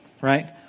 right